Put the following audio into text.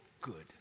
good